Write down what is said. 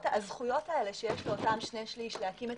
שהזכויות שיש לאותם שני שלישים להקים את